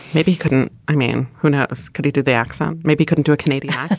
maybe he couldn't. i mean who knows. could he do the accent. maybe couldn't do a canadian